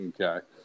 okay